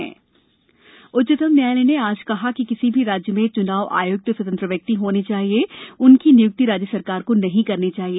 उच्चतम न्यायालय च्नाव उच्चतम न्यायालय ने आज कहा कि किसी भी राज्य में च्नाव आय्क्त स्वतंत्र व्यक्ति होने चाहिए और उनकी निय्क्ति राज्य सरकार को नहीं करनी चाहिए